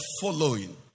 following